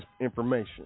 information